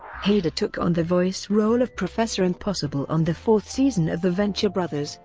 hader took on the voice role of professor impossible on the fourth season of the venture brothers,